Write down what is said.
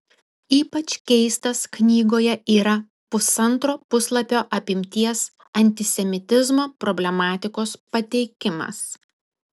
ypač keistas knygoje yra pusantro puslapio apimties antisemitizmo problematikos pateikimas